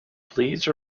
please